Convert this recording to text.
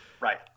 Right